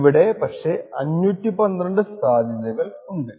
ഇവിടെ 512 സാധ്യതകൾ ഉണ്ട്